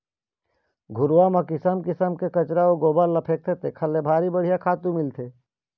घुरूवा म किसम किसम के कचरा अउ गोबर ल फेकथे तेखर ले भारी बड़िहा खातू मिलथे